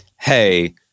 Hey